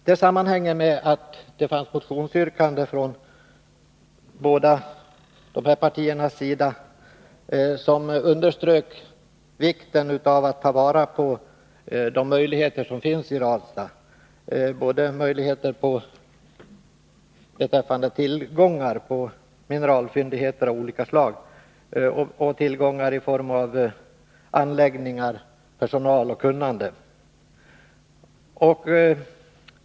Det sammanhänger med att det finns motionsyrkanden från båda partiernas sida som understryker vikten av att ta till vara de möjligheter som finns i Ranstad beträffande mineralfyndigheter av olika slag och i form av anläggningar, personal och kunnande.